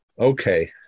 Okay